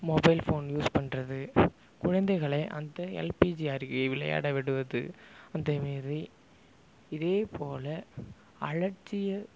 mobile phone use பண்ணுறது குழந்தைகளை அந்த எல்பிஜி அருகே விளையாட விடுவது அந்தமாரி இதே போல் அலட்சிய